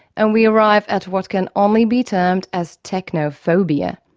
and we arrive at what can only be termed as techno-phobia.